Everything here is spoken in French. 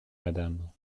madame